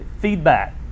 Feedback